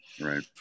right